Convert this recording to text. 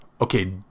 okay